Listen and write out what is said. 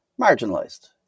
marginalized